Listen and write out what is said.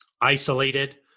isolated